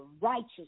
righteous